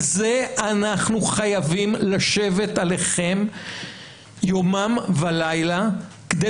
על זה אנחנו חייבים לשבת עליכם יומם ולילה כדי